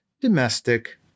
domestic